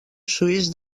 suís